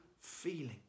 feeling